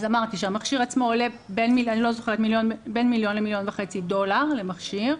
אז אמרתי שהמכשיר עצמו עולה בין 1-1.5 מיליון דולר למכשיר,